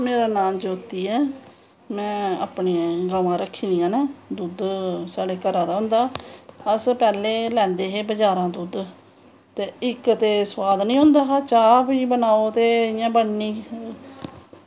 मेरा नांऽ ज्योति ऐ में अपनियां गवां रक्खी दियां न दुध्द साढ़े घरा दा होंदा ऐ अस पैह्लैं लैंदे हे बज़ारा दा दुध्द इक ते सोआद नी होंदा हा इक ते चाह् बी बनाओ इयां बननीं